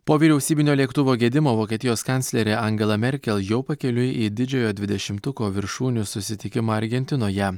po vyriausybinio lėktuvo gedimo vokietijos kanclerė angela merkel jau pakeliui į didžiojo dvidešimtuko viršūnių susitikimą argentinoje